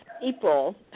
people